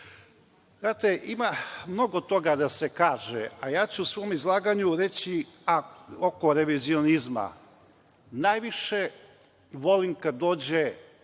ima mnogo toga da se kaže, a u svom izlaganju ću reći oko revizionizma. Najviše volim kada dođe